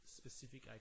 specific